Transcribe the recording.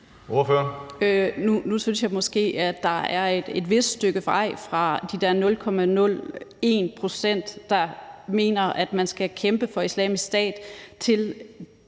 Nu synes jeg måske, at der er et vist stykke vej fra de der 0,01 pct., der mener, at man skal kæmpe for Islamisk Stat, og